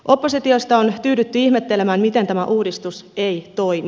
oppositiosta on tyydytty ihmettelemään miten tämä uudistus ei toimi